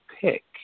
pick